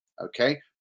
Okay